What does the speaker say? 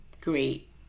great